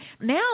Now